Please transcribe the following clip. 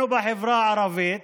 אנחנו, בחברה הערבית,